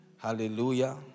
Hallelujah